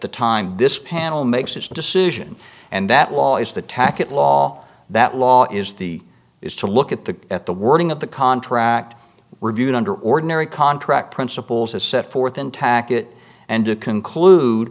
the time this panel makes its decision and that law is the tack it law that law is the is to look at the at the wording of the contract reviewed under ordinary contract principles as set forth in tackett and to conclude